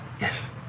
yes